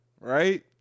right